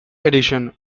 edition